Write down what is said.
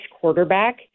quarterback